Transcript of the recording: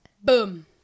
Boom